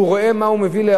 הוא רואה מה הוא אוכל.